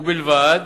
ובלבד